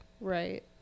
Right